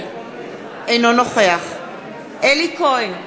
אינו נוכח אלי כהן,